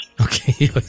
Okay